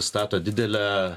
stato didelę